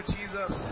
Jesus